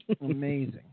Amazing